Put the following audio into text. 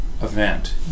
event